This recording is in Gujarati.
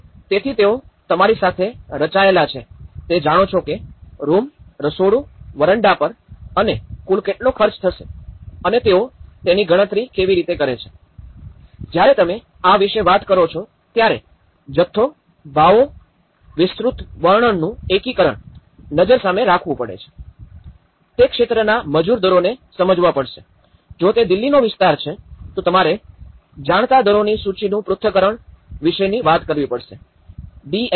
તેથી તેઓ તમારી સાથે રચાયેલ છે તે જાણો છો કે રૂમ રસોડું વરંડા પર અને કુલ કેટલો ખર્ચ થશે અને તેઓ તેની ગણતરી કેવી રીતે કરે છે જ્યારે તમે આ વિશે વાત કરો છો ત્યારે જથ્થો ભાવો અને વિસ્ત્રુતવર્ણનનું એકીકરણ નજર સામે રાખવું પડશે તે ક્ષેત્રના મજૂર દરોને સમજવા પડશે જો તે દિલ્હી નો વિસ્તાર છે તો તમારે જાણતા દરોની સૂચિનું પૂર્થકરણ વિશેની વાત કરવી પડશે ડીએસઆર